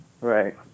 Right